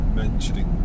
mentioning